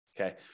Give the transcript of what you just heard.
Okay